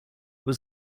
was